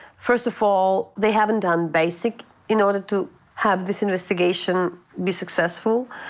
first of all, they haven't done basic in order to have this investigation be successful.